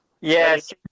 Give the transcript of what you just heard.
Yes